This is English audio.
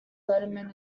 letterman